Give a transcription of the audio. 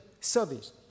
service